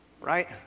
right